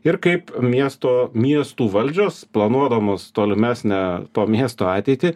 ir kaip miesto miestų valdžios planuodamos tolimesnę to miesto ateitį